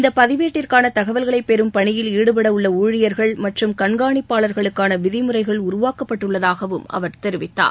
இந்த பதிவேட்டிற்கான தகவல்களை பெறும் பணியில் ஈடுபட உள்ள ஊழியர்கள் மற்றும் கண்காணிப்பாள்களுக்கான விதிமுறைகள் உருவாக்கப்பட்டுள்ளதாகவும் அவர் தெரிவித்தார்